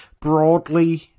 broadly